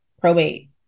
probate